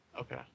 Okay